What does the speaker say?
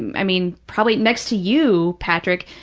and i mean, probably next to you, patrick,